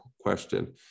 question